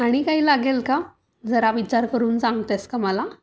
आणि काही लागेल का जरा विचार करून सांगतेस का मला